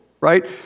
right